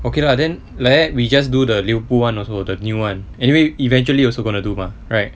okay lah then like that we just do the Liverpool [one] also the new [one] anyway eventually also gonna do mah right